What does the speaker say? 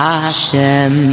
Hashem